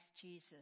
Jesus